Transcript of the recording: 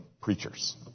preachers